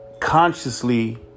Consciously